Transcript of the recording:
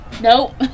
Nope